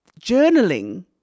journaling